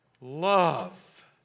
love